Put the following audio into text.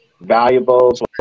valuables